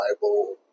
Bible